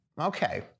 Okay